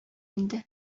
инде